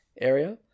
area